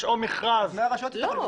יש או מכרז- -- לא.